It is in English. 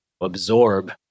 absorb